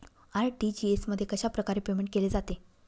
RTGS मध्ये कशाप्रकारे payment केले जाते?